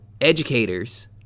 educators